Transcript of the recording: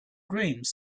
dreams